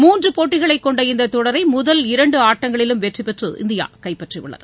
மூன்றுபோட்டிகளைக் கொண்ட இந்தத் தொடரைமுதல் இரண்டுஆட்டங்களிலும் வெற்றிபெற்று இந்தியாகைப்பற்றியுள்ளது